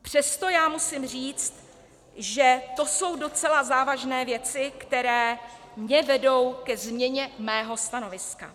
Přesto já musím říct, že to jsou docela závažné věci, které mne vedou ke změně mého stanoviska.